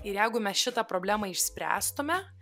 ir jeigu mes šitą problemą išspręstume